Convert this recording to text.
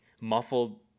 muffled